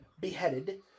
beheaded